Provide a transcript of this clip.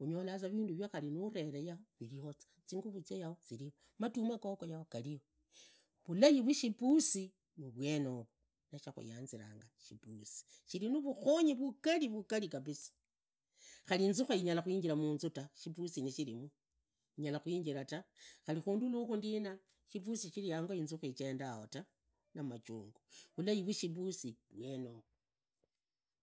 Unyolaza vindu vuzwa, mazi gizulaamu vava. Ndakhalolakhu ndiono ndole vatalii khali vafwananga, ndole khu khuri vayendanga, khuri viremakhu khunyanza vavorerikhu hoo verema ndina, ndoleleza ihale shichira nuwisunda haimbi ulagwamu, ndoleleza ihale shichira vatalii vamanya khuri vazizaamu. Sindakhagulakhu vindu viweneyo khari zinguvu, mucherejo, vindu minazi, ngulekhu ndize nejo inu khu khari vandu inu vamanye nduraa mambusa.